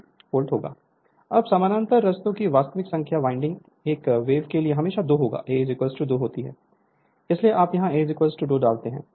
Refer Slide Time 2530 अब समानांतर रास्तों की वास्तविक संख्या वाइंडिंग एक वेव के लिए हमेशा 2 होगा A 2 होती है इसलिए आप यहां A 2 डालते हैं